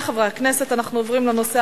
אני לפרוטוקול מוסיפה את קולך, כמובן, להצבעה.